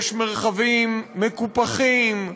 יש מרחבים מקופחים,